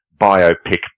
biopic